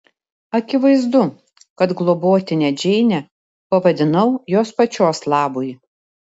akivaizdu kad globotine džeinę pavadinau jos pačios labui